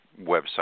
website